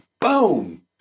Boom